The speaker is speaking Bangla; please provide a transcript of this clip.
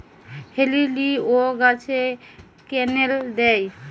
হেলিলিও গাছে ক্যানেল দেয়?